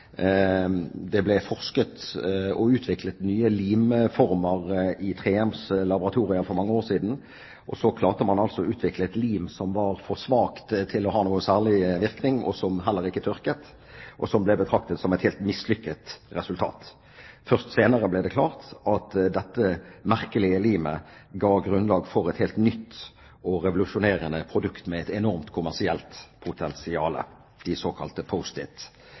Det ble forsket på og utviklet nye limformer i 3Ms laboratorier for mange år siden. Så klarte man å utvikle et lim som var for svakt til å ha noen særlig virkning, og som heller ikke tørket, og som ble betraktet som et helt mislykket resultat. Først senere ble det klart at dette merkelige limet ga grunnlag for et helt nytt og revolusjonerende produkt med et enormt kommersielt potensial, de såkalte